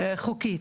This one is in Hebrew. חוקית,